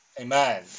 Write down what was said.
Amen